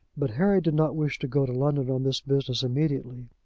but henry did not wish to go to london on this business immediately.